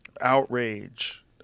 outrage